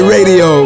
Radio